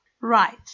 Right